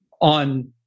on